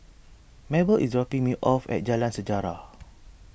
Mabelle is dropping me off at Jalan Sejarah